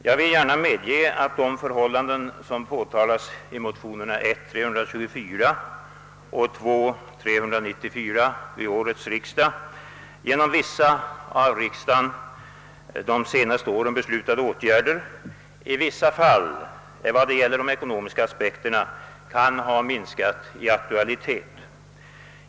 Jag vill gärna medge att de förhållanden, som påtalats i motionerna 1:324 och 1II:394 vid årets riksdag, genom vissa av riksdagen de senaste åren beslutade åtgärder i viss mån kan ha medfört att de ekonomiska aspekterna har minskat i aktualitet.